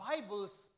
Bible's